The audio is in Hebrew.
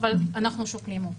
אבל אנחנו שוקלים עוד.